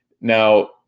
Now